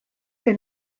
est